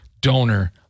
donor